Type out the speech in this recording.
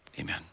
Amen